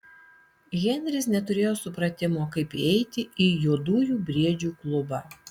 henris neturėjo supratimo kaip įeiti į juodųjų briedžių klubą